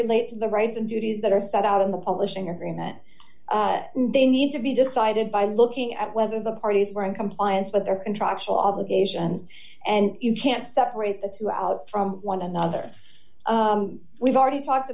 relate to the rights and duties that are set out in the publishing agreement they need to be decided by looking at whether the parties were in compliance with their contractual obligations and you can't separate the two out from one another we've already talked